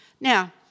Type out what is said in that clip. Now